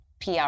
PR